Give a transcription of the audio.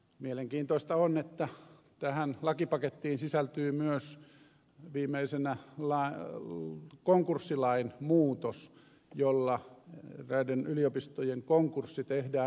mielenkiintoista on että tähän lakipakettiin sisältyy myös viimeisenä konkurssilain muutos jolla näiden yliopistojen konkurssi tehdään mahdolliseksi